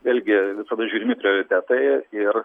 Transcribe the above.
vėlgi visada žiūrimi prioritetai ir